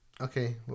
Okay